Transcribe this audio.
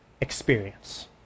experience